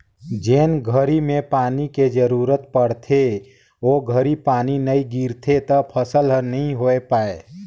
जेन घरी में पानी के जरूरत पड़थे ओ घरी पानी नई गिरथे त फसल हर नई होय पाए